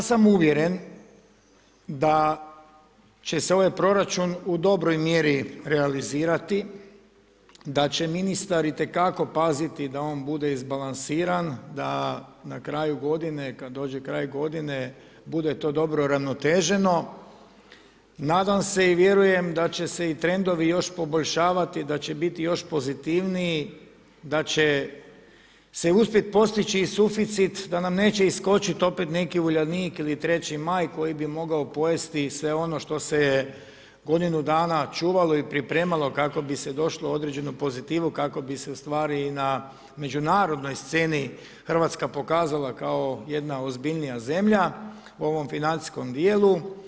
Ja sam uvjeren da će se ovaj proračun u dobroj mjeri realizirati, da će ministar itekako paziti da on bude izbalansiran, da na kraju godine, kad dođe kraj godine bude to dobro uravnoteženo, nadam se i vjerujem da će se trendovi još poboljšavati, da će biti još pozitivniji da će se uspjeti postići suficit, da nam neće iskočit opet neki Uljanik ili 3. maj koji bi mogao pojesti sve ono što se je godinu dana čuvalo i pripremalo kako bi se došlo u određenu pozitivu, kako bi se u stvari i na međunarodnoj sceni Hrvatska pokazala kao jedna ozbiljnija zemlja, u ovom financijskom dijelu.